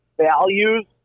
values